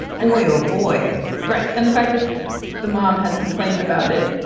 anyway. oh, boy right. and the fact that the mom has complained about it